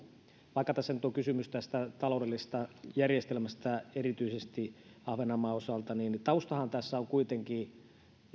vaikka tässä nyt on kysymys tästä taloudellisesta järjestelmästä erityisesti ahvenanmaan osalta niin taustahan tässä on kuitenkin